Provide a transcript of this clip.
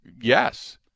yes